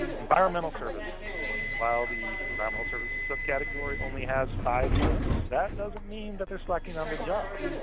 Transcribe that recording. environmental services. while the environmental services subcategory only has five sin's, that doesn't mean that they're slacking on the job.